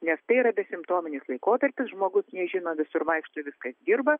nes tai yra besimptominis laikotarpis žmogus nežino visur vaikšto viskas dirba